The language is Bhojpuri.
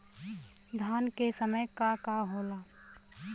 धान के समय का का होला?